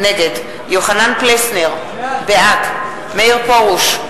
נגד יוחנן פלסנר, בעד מאיר פרוש,